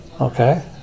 Okay